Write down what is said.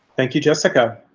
thank you, jessica.